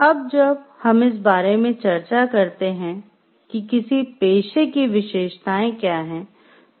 अब जब हम इस बारे में चर्चा करते हैं कि किसी पेशे की विशेषताएं क्या हैं